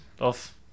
off